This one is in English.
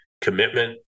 commitment